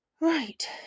Right